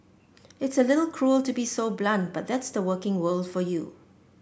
it's a little cruel to be so blunt but that's the working world for you